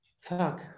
Fuck